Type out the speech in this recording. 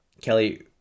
Kelly